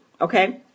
okay